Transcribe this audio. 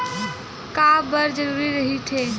का बार जरूरी रहि थे?